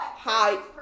Hi